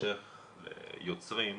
בהמשך ליוצרים.